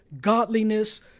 godliness